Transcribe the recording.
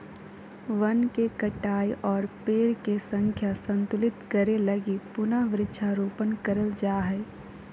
वन के कटाई और पेड़ के संख्या संतुलित करे लगी पुनः वृक्षारोपण करल जा हय